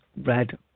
red